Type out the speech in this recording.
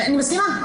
אני מסכימה.